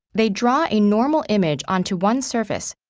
they draw a normal image onto one surface,